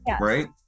Right